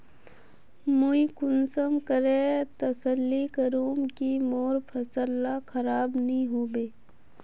मुई कुंसम करे तसल्ली करूम की मोर फसल ला खराब नी होबे?